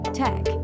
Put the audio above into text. tech